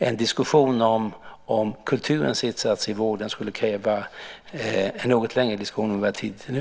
En diskussion om kulturens insatser i vården skulle dock kräva en något längre debatt än vi har tid till nu.